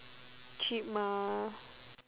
cheap mah